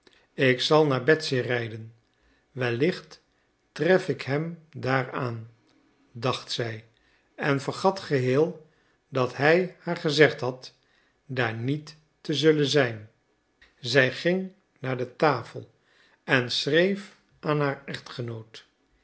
ik zal naar betsy rijden wellicht tref ik hem daar aan dacht zij en vergat geheel dat hij haar gezegd had daar niet te zullen zijn zij ging naar de tafel en schreef aan haar echtgenoot